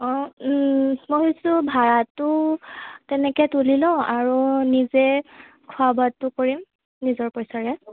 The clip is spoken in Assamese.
অঁ মই ভাবিছোঁ ভাড়াটো তেনেকৈ তুলি লওঁ আৰু নিজে খোৱা বোৱাতো কৰিম নিজৰ পইচাৰে